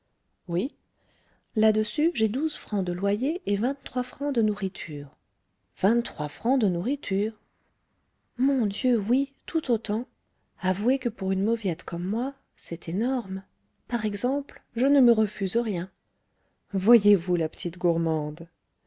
oui là-dessus j'ai douze francs de loyer et vingt-trois francs de nourriture vingt-trois francs de nourriture mon dieu oui tout autant avouez que pour une mauviette comme moi c'est énorme par exemple je ne me refuse rien voyez-vous la petite gourmande